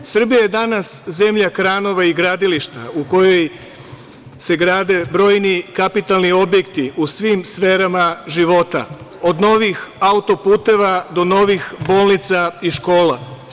Srbija je danas zemlja kranova i gradilišta u kojoj se grade brojni kapitalni objekti u svim sferama života, od novih auto-puteva do novih bolnica i škola.